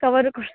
cover ಕೊಡಿ